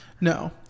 No